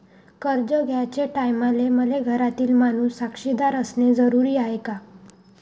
कर्ज घ्याचे टायमाले मले घरातील माणूस साक्षीदार असणे जरुरी हाय का?